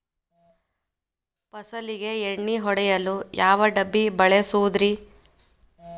ಫಸಲಿಗೆ ಎಣ್ಣೆ ಹೊಡೆಯಲು ಯಾವ ಡಬ್ಬಿ ಬಳಸುವುದರಿ?